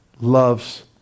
loves